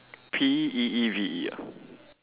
P E E V E ah